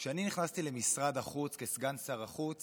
כשאני נכנסתי למשרד החוץ כסגן שר החוץ